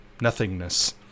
nothingness